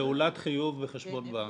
פעולת חיוב וחשבון בנק.